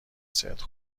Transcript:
صدق